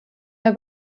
der